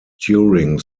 during